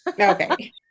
Okay